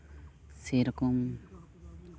ᱥᱮᱨᱚᱠᱚᱢ